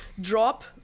drop